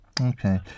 Okay